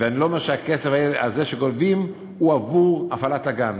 ואני לא אומר שהכסף הזה שגובים הוא עבור הפעלת הגן.